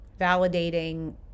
validating